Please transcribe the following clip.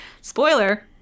Spoiler